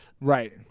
right